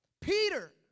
Peter